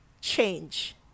change